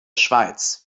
schweiz